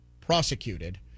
prosecuted